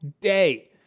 day